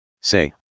Say